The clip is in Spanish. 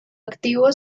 activo